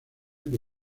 que